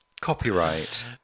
Copyright